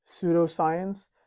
pseudoscience